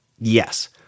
Yes